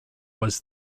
was